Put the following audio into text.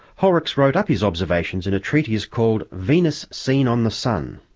horrocks wrote up his observations in a treatise called venus seen on the sun.